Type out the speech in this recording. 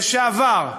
לשעבר.